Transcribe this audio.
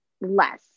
less